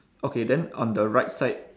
okay then on the right side